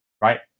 right